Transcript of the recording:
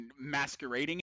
masquerading